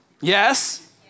Yes